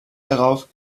darauf